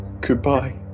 goodbye